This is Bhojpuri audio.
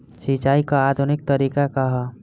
सिंचाई क आधुनिक तरीका का ह?